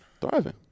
Thriving